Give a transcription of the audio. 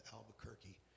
Albuquerque